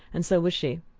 and so was she.